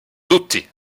tutti